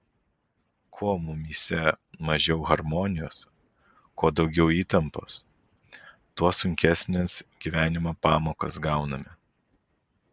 kuo mumyse mažiau harmonijos kuo daugiau įtampos tuo sunkesnes gyvenimo pamokas gauname